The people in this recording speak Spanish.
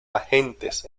agentes